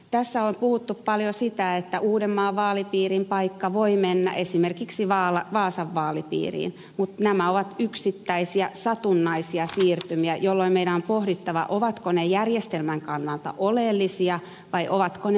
tässä on puhuttu paljon sitä että uudenmaan vaalipiirin paikka voi mennä esimerkiksi vaasan vaalipiiriin mutta nämä ovat yksittäisiä satunnaisia siirtymiä jolloin meidän on pohdittava ovatko ne järjestelmän kannalta oleellisia vai ovatko ne marginaalisia